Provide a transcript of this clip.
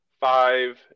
five